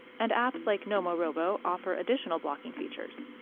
and apps like nomorobo offer additional blocking features.